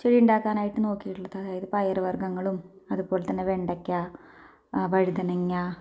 ചെടി ഉണ്ടാക്കാനായിട്ട് നോക്കിയിട്ടുള്ളത് അതായത് പയർ വർഗ്ഗങ്ങളും അതുപോലെ തന്നെ വെണ്ടയ്ക്ക വഴുതനങ്ങ